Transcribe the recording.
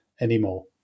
anymore